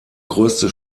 größte